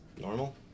normal